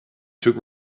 took